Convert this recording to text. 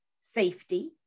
safety